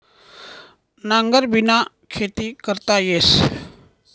नांगरबिना खेती करता येस